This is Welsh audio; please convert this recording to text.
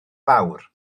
fawr